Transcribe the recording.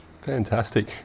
Fantastic